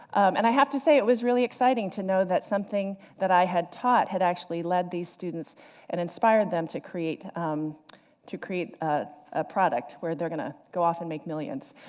and i have to say it was really exciting to know that something that i had taught had actually led these students and inspired them to create um to create a product, where they're going to go off and make millions.